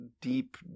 deep